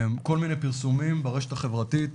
כל מיני פרסומים ברשת החברתית,